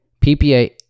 PPA